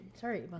sorry